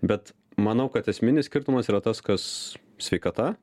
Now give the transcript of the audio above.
bet manau kad esminis skirtumas yra tas kas sveikata